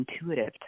intuitive